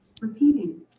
Repeating